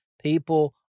People